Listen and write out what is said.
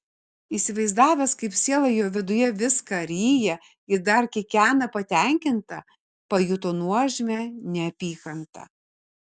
įsivaizdavęs kaip siela jo viduje viską ryja ir dar kikena patenkinta pajuto nuožmią neapykantą